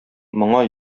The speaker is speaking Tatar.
моңа